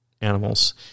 animals